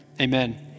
Amen